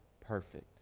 perfect